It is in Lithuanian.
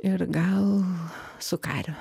ir gal su kariu